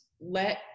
let